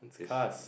the cast